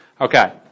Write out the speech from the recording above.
Okay